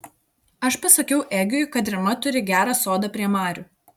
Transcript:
aš pasakiau egiui kad rima turi gerą sodą prie marių